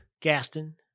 Gaston